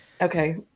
Okay